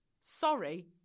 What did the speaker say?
sorry